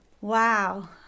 Wow